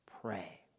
Pray